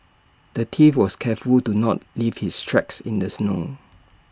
the thief was careful to not leave his tracks in the snow